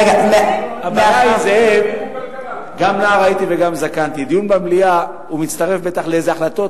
רגע, מאחר, לא, אין לי בעיה, כספים או כלכלה.